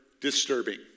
disturbing